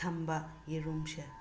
ꯊꯝꯕ ꯌꯦꯔꯨꯝꯁꯦ